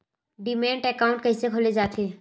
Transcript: Demat account कइसे खोले जाथे?